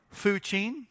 Fuchin